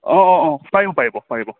অঁ অঁ অঁ পাৰিব পাৰিব পাৰিব